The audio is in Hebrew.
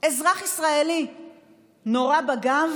אזרח ישראלי נורה בגב